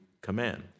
Command